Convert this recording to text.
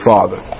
Father